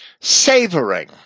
savoring